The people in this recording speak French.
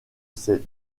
ces